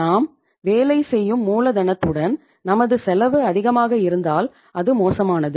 நாம் வேலை செய்யும் மூலதனத்துடன் நமது செலவு அதிகமாக இருந்தால் அது மோசமானது